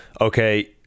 okay